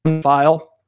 file